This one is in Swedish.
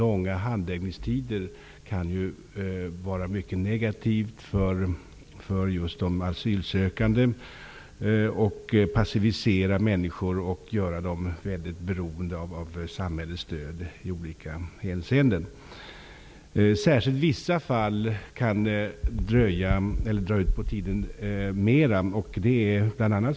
För de asylsökande kan det vara mycket negativt med långa handläggningstider. Det kan passivisera människor och gära dem beroende av samhällets stöd. Vissa fall kan dra mer ut på tiden än andra.